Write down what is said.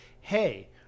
Hey